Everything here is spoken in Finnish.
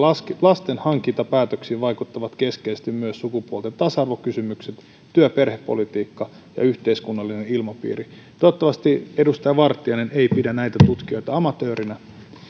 lastenhankintapäätöksiin vaikuttavat keskeisesti myös sukupuolten tasa arvokysymykset työ ja perhepolitiikka ja yhteiskunnallinen ilmapiiri toivottavasti edustaja vartiainen ei pidä näitä tutkijoita amatööreinä